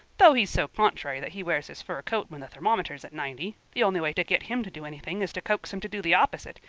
though he's so contrary that he wears his fur coat when the thermometer's at ninety. the only way to git him to do anything is to coax him to do the opposite.